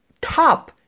top